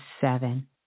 seven